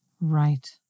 Right